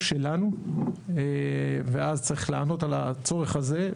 שלנו ואז צריך לענות על הצורך הזה.